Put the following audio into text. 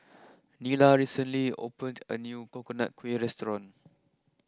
Nila recently opened a new Coconut Kuih restaurant